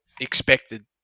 expected